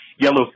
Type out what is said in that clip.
Yellow